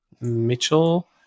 Mitchell